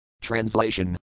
Translation